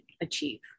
achieve